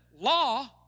law